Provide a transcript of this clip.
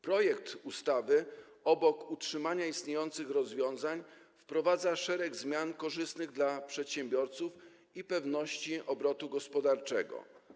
Projekt ustawy obok utrzymania istniejących rozwiązań wprowadza szereg zmian korzystnych dla przedsiębiorców i pewności obrotu gospodarczego.